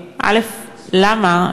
1. האם יש לכך סיבה?